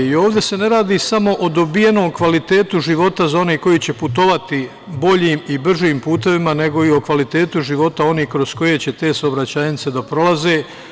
I ovde se ne radi samo o dobijenom kvalitetu života za one koji će putovati boljim i bržim putevima, nego i o kvalitetu života onih kroz koje će te saobraćajnice da prolaze.